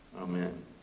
Amen